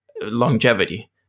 longevity